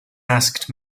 asked